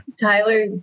Tyler